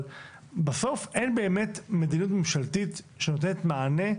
אבל בסוף אין באמת מדיניות ממשלתית שנותנת מענה.